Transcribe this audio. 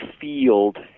field